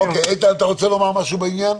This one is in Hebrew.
איתן, אתה רוצה לומר משהו בעניין?